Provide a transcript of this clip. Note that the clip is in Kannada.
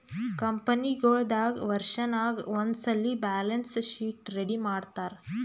ಕಂಪನಿಗೊಳ್ ದಾಗ್ ವರ್ಷನಾಗ್ ಒಂದ್ಸಲ್ಲಿ ಬ್ಯಾಲೆನ್ಸ್ ಶೀಟ್ ರೆಡಿ ಮಾಡ್ತಾರ್